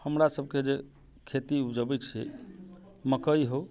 हमरा सभके जे खेती उपजबै छी मक्कइ हो